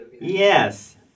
Yes